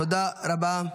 תודה רבה.